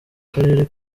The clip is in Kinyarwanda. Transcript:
karere